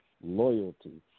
loyalty